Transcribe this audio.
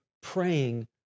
praying